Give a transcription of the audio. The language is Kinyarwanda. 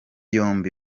yombi